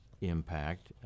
impact